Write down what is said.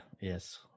yes